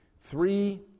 three